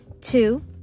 Two